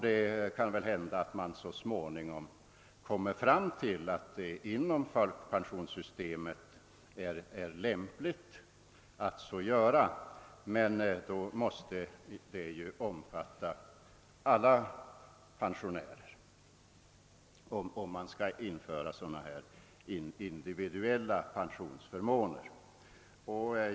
Det kan hända att man så småningom kommer fram till att det inom pensionssystemets ram är lämpligt att så göra, men om man skall införa individuella pensionsförmåner, måste dessa alltså gälla alla pensionärer.